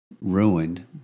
ruined